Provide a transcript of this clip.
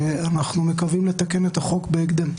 ואנחנו מקווים לתקן את החוק בהקדם.